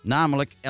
Namelijk